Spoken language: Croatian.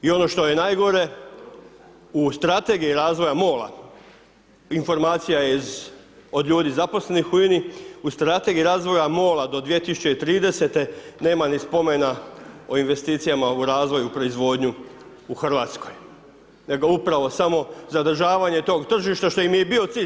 I ono što je najgore, u strategiji razvoja MOL-a, informacija iz, od ljudi zaposlenih u INA-i, u strategiji razvoja MOL-a do 2030. nema ni spomena o investicijama u razvoju, u proizvodnju u Hrvatskoj, nego upravo samo zadržavanje tog tržišta što im je i bio cilj.